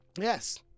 Yes